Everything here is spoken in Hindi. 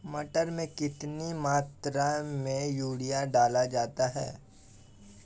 मटर में कितनी मात्रा में यूरिया डाला जाता है?